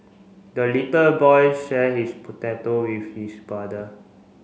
the little boy shared his potato with his brother